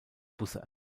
busse